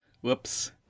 whoops